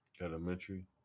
Elementary